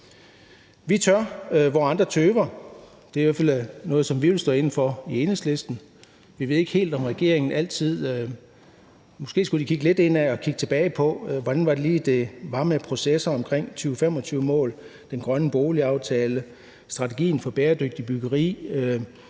Vi tør, hvor andre tøver. Det er i hvert fald noget, vi vil stå inde for i Enhedslisten. Vi ved ikke helt med regeringen. Måske skulle den kigge lidt indad og kigge tilbage på, hvordan det lige var med processerne omkring 2025-målet, den grønne boligaftale, strategien for bæredygtigt byggeri